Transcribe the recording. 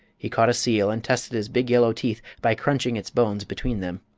he caught a seal and tested his big yellow teeth by crunching its bones between them.